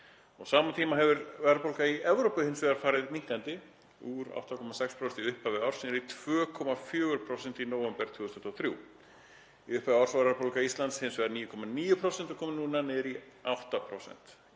Á sama tíma hefur verðbólga í Evrópu hins vegar farið minnkandi, úr 8,6% í upphafi árs niður í 2,4% í nóvember 2023. Í upphafi árs var verðbólga á Íslandi hins vegar 9,9% en er komin núna niður í 8%.